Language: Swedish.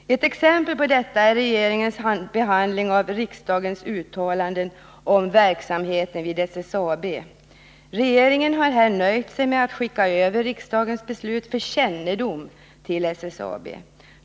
Ett exempel på detta är regeringens behandling av riksdagens uttalanden om verksamheten vid SSAB. Regeringen har här nöjt sig med att skicka över riksdagens beslut för kännedom till SSAB.